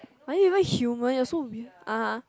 are you even human you are so weird (uh huh)